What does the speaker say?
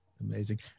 Amazing